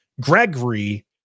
Gregory